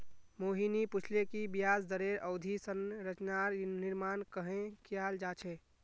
मोहिनी पूछले कि ब्याज दरेर अवधि संरचनार निर्माण कँहे कियाल जा छे